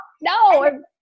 no